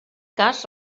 cas